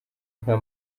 nka